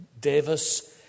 Davis